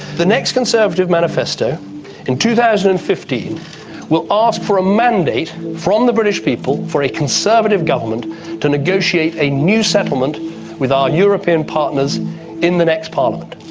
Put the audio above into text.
the next conservative manifesto in two thousand and fifteen will ask for a mandate from the british people for a conservative government to negotiate a new settlement with our european partners in the next parliament.